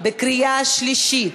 בקריאה שלישית.